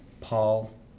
Paul